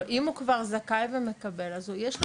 אם הוא כבר זכאי ומקבל, אז יש לו תו חניה.